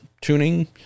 tuning